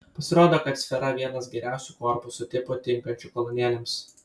pasirodo kad sfera vienas geriausių korpusų tipų tinkančių kolonėlėms